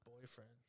boyfriend